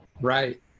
Right